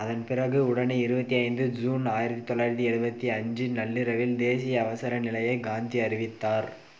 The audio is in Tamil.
அதன்பிறகு உடனே இருபத்தி ஐந்து ஜூன் ஆயிரத்து தொள்ளாயிரத்து எழுபத்தி அஞ்சு நள்ளிரவில் தேசிய அவசர நிலையை காந்தி அறிவித்தார்